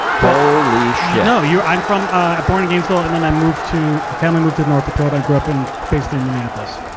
holy shit! no. you i'm from, ah, born in gainesville, and then i moved to, family moved to north dakota, grew up in, basically in minneapolis.